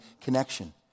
connection